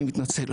אני מתנצל,